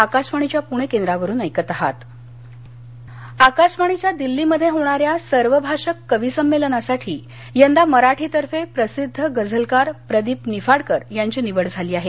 आकाशवाणीकवीसंमेलन आकाशवाणीच्या दिल्लीमध्ये होणाऱ्या सर्वभाषक कविसंमेलनासाठी यंदा मराठीतर्फे प्रसिद्ध गझलकार प्रदीप निफाडकर यांची निवड झाली आहे